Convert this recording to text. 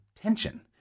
tension